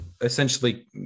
essentially